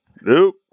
Nope